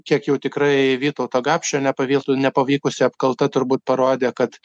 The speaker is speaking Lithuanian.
kiek jau tikrai vytauto gapšio nepavyk nepavykusi apkalta turbūt parodė kad